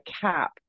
cap